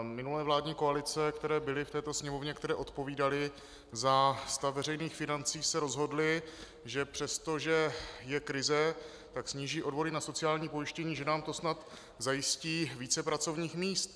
Minulé vládní koalice, které byly v této Sněmovně, které odpovídaly za stav veřejných financí, se rozhodly, že přestože je krize, sníží odvody na sociální pojištění, že nám to snad zajistí více pracovních míst.